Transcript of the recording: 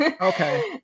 Okay